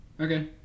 okay